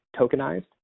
tokenized